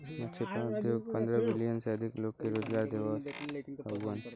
मछरी पालन उद्योग पंद्रह मिलियन से अधिक लोग के रोजगार देवत हउवन